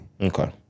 Okay